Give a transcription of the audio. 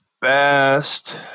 Best